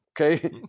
okay